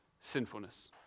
sinfulness